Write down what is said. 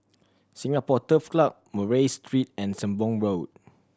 Singapore Turf Club Murray Street and Sembong Road